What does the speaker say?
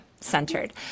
centered